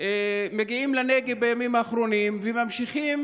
מגיעים לנגב בימים האחרונים וממשיכים